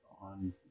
on